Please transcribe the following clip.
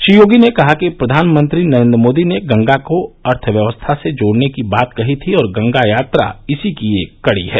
श्री योगी ने कहा कि प्रधानमंत्री नरेंद्र मोदी ने गंगा को अर्थव्यवस्था से जोड़ने की बात कही थी और गंगा यात्रा इसी की एक कड़ी है